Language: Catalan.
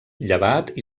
llevat